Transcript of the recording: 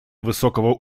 высокого